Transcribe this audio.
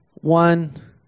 One